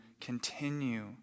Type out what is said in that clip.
continue